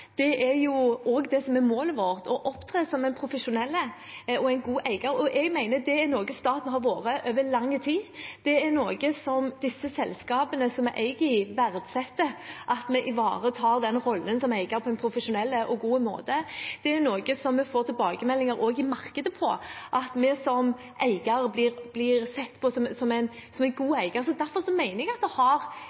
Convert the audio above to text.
en profesjonell og god eier. Jeg mener det er noe staten har vært over lang tid. Det er noe som de selskapene som vi er eier i, verdsetter: at vi ivaretar rollen som eier på en profesjonell og god måte. Det er noe som vi får tilbakemeldinger på også i markedet, at vi som eier blir sett på som en god eier. Derfor mener jeg at det har hatt betydning at vi som stat, som en god eier, har vært inne i disse selskapene over tid. Det